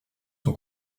son